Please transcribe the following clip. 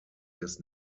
des